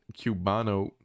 Cubano